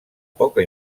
poca